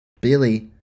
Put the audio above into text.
Billy